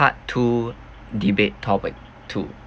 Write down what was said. part two debate topic two